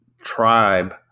tribe